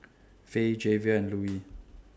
Fae Javier and Louie